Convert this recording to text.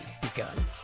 begun